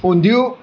ઊંધિયું